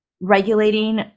Regulating